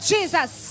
Jesus